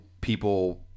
people